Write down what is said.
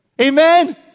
Amen